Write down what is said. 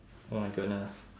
oh my goodness